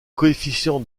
coefficients